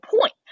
point